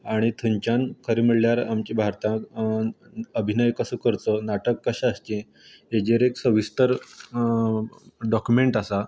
आनी थंयच्यान खरें म्हळ्यार आमचें भारतांत अभिनय कसो करचो नाटक कशें आसचें तेजेर एक सविस्तर डोक्युमेंट आसा